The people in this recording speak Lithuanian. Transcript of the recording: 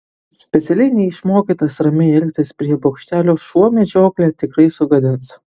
specialiai neišmokytas ramiai elgtis prie bokštelio šuo medžioklę tikrai sugadins